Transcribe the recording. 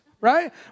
right